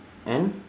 and